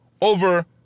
over